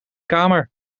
kamer